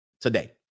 today